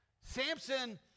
Samson